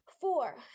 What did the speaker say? Four